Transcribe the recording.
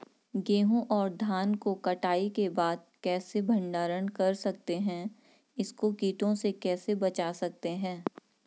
गेहूँ और धान को कटाई के बाद कैसे भंडारण कर सकते हैं इसको कीटों से कैसे बचा सकते हैं?